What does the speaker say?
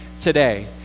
today